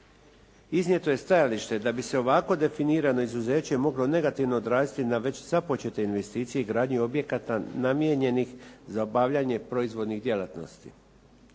Iznijeto je stajalište da bi se ovako definirano izuzeće moglo negativno odraziti na već započete investicije i gradnji objekata namijenjenih za obavljanje proizvodnih djelatnosti.